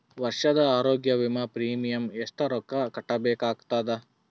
ವರ್ಷದ ಆರೋಗ್ಯ ವಿಮಾ ಪ್ರೀಮಿಯಂ ಎಷ್ಟ ರೊಕ್ಕ ಕಟ್ಟಬೇಕಾಗತದ?